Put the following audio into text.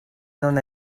non